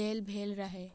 लेल भेल रहै